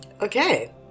Okay